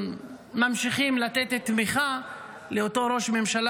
וממשיכים לתת תמיכה לאותו ראש ממשלה,